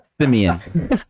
Simeon